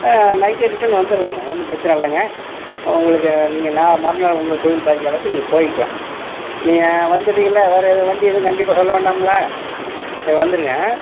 நைட்டே ரிட்டர்ன் வந்துடலாங்க ஒன்றும் பிரச்சனை இல்லைங்க உங்களுக்கு நீங்கள் நாளை மறுநாள் உங்க தொழில் பாதிக்காத அளவுக்கு நீங்கள் போயிக்கலாம் நீங்கள் வந்துறீங்கல்ல வேறே எதுவும் வண்டி எதுவும் கண்டிப்பாக சொல்ல வேண்டாமில்ல சரி வந்துடுங்க